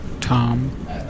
Tom